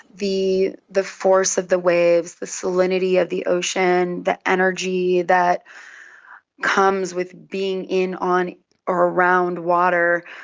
the the force of the waves, the salinity of the ocean, the energy that comes with being in, on or around water.